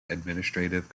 administrative